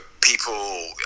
people